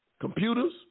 computers